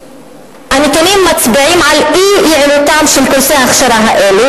הנתונים מצביעים על אי-יעילותם של קורסי ההכשרה האלה,